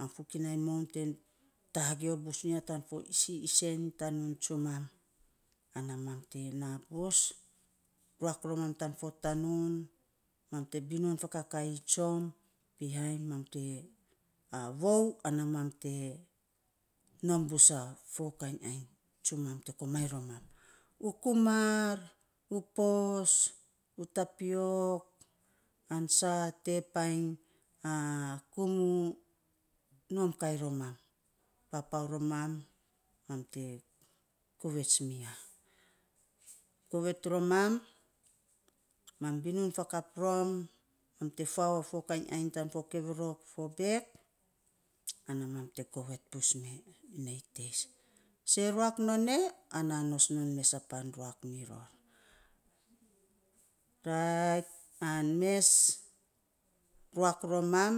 An fokinai moun te tagio bus unya fo isen isen tanus tsumam, ana mam te na bus, ruak ro mam tan fo tanun, mam te binun fo kakaii tsom bihain mam te a vou ana mam te nom bus a fo kainy ainy, tsumam te komainy romam. U komar, u pos, u tapiok an sa tee painy kumu rom kai romam, papau romam, mam te govets mi ya. Govets romam mam binun fakap rom mam te fau fo kainy ainy tan fo koverok, fo bek ana mam te govet bus me nei teis. See ruak non e, ananos non mes a pan ruak mi ror, rait an mes ruak ro mam